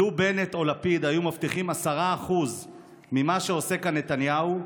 "לו בנט ולפיד היו מבטיחים 10% ממה שעושה כאן נתניהו,